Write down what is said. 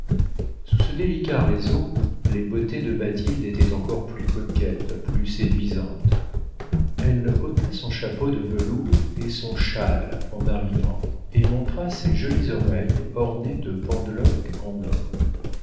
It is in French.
sous ce délicat réseau les beautés de bathilde étaient encore plus coquettes plus séduisantes elle ôta son chapeau de velours et son châle en arrivant et montra ses jolies oreilles ornées de pendeloques en or